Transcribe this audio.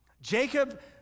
Jacob